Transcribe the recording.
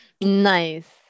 Nice